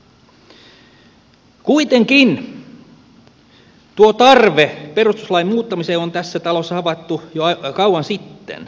kuitenkin tuo tarve perustuslain muuttamiseen on tässä talossa havaittu jo kauan sitten